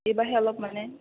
এইবাৰহে অলপ মানে